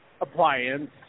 appliance